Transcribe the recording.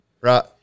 right